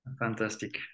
Fantastic